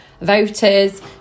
voters